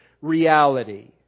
reality